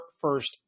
first